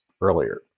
earlier